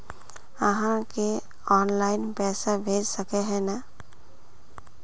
आहाँ के ऑनलाइन पैसा भेज सके है नय?